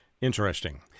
Interesting